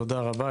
תודה רבה.